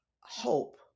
hope